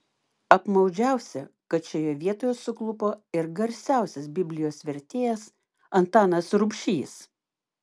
apmaudžiausia kad šioje vietoje suklupo ir garsiausias biblijos vertėjas antanas rubšys